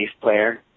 player